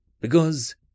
Because